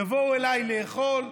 יבואו אליי לאכול,